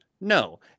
No